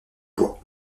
bois